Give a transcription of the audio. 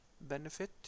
benefit